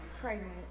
Pregnant